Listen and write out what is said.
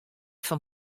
fan